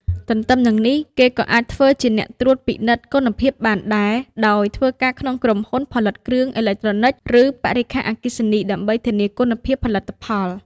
ទន្ទឹមនឹងនេះ គេក៏អាចធ្វើជាអ្នកត្រួតពិនិត្យគុណភាពបានដែរ ដោយធ្វើការក្នុងក្រុមហ៊ុនផលិតគ្រឿងអេឡិចត្រូនិច ឬបរិក្ខារអគ្គិសនី ដើម្បីធានាគុណភាពផលិតផល។